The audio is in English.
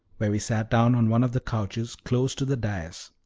where we sat down on one of the couches close to the dais